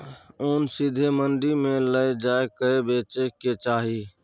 ओन सीधे मंडी मे लए जाए कय बेचे के चाही